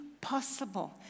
possible